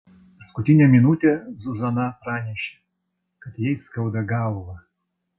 paskutinę minutę zuzana pranešė kad jai skauda galvą